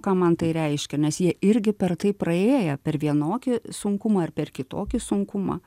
ką man tai reiškia nes jie irgi per tai praėję per vienokį sunkumą ir per kitokį sunkumą